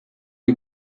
you